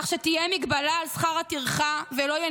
כך שתהיה מגבלה על שכר הטרחה ולא יהיה